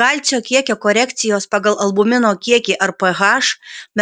kalcio kiekio korekcijos pagal albumino kiekį ar ph